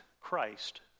Christ